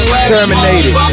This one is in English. Terminated